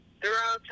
throughout